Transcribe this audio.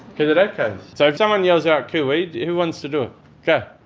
because it echoes. so if someone yells out coo-ee, who wants to do yeah